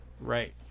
Right